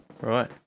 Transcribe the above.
Right